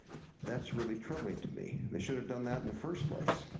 that's really troubling to me. they should've done that in the first place.